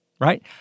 right